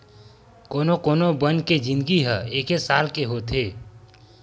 कोनो कोनो बन के जिनगी ह एके साल के होथे